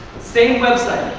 same website.